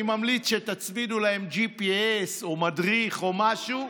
אני ממליץ שתצמידו להן GPS או מדריך או משהו.